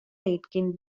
aitken